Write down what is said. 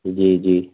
जी जी